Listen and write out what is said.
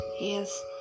yes